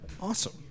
Awesome